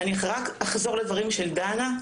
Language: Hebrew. אני אחזור לדברים של דנה,